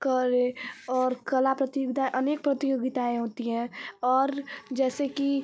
करे और कला प्रतियोगिता अनेक प्रतियोगिताएँ होती हैं और जैसे कि